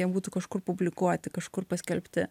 jie būtų kažkur publikuoti kažkur paskelbti